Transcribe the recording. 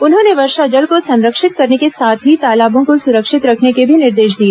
उन्होंने वर्षा जल को संरक्षित करने के साथ ही तालाबों को सुरक्षित रखने के भी निर्देश दिए